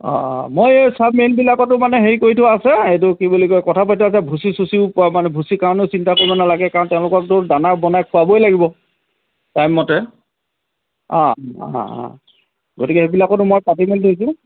অঁ অঁ মই এই চাব মেইনবিলাকতো মানে হেৰি কৰি থোৱা আছে এইটো কি বুলি কয় কথা পাতি থোৱা আছে ভুচি চুচিও পোৱা মানে ভুচি কাৰণেও চিন্তা কৰিব নালাগে কাৰণ তেওঁলোককটো দানা বনাই খোৱাবই লাগিব টাইমমতে অঁ অঁ অঁ গতিকে সেইবিলাকতো মই পাতি মেলি থৈছোঁ